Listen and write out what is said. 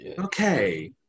Okay